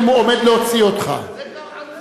אני קורא לך לסדר